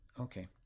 okay